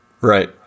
Right